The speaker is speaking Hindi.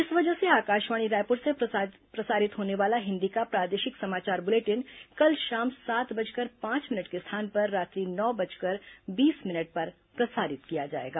इस वजह से आकाशवाणी रायपुर से प्रसारित होने वाला हिन्दी का प्रादेशिक समाचार बुलेटिन कल शाम सात बजकर पांच भिनट के स्थान पर रात्रि नौ बजकर बीस मिनट पर प्रसारित किया जाएगा